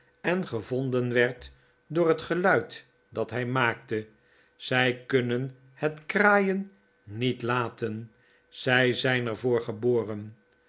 en gevonden werd door het geluid dat hij maakte zij kunnen het kraaien niet laten zij zijn er voor geboren